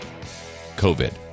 COVID